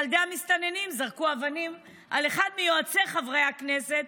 ילדי המסתננים זרקו אבנים על אחד מיועצי חברי הכנסת,